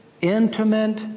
intimate